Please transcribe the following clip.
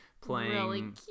playing